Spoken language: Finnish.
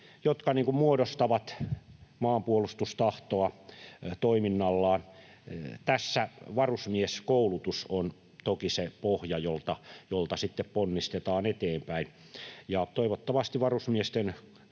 jotka muodostavat maanpuolustustahtoa toiminnallaan. Tässä varusmieskoulutus on toki se pohja, jolta sitten ponnistetaan eteenpäin, ja toivottavasti varusmiesten